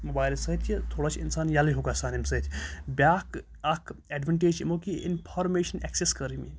موبایلہٕ سۭتۍ یہِ تھوڑا چھِ اِنسان یَلہٕ ہیوٗ گژھان اَمہِ سۭتۍ بیٛاکھ اَکھ اٮ۪ڈوٮ۪نٹیج چھِ اَمیُک کہِ اِنفارمیشَن اٮ۪کسٮ۪س کٔر